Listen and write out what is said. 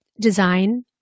design